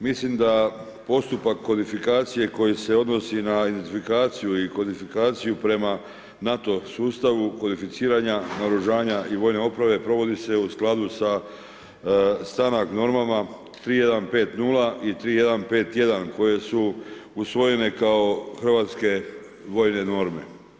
Mislim da postupak kvalifikacije koji se odnosi na identifikaciju i kvalifikaciju prema NATO sustavu kvalificiranja naoružanja i vojne opreme, provodi u skladu sa ... normama 3150 i 3151 koje su usvojene kao hrvatske vojne norme.